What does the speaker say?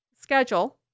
schedule